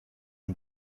und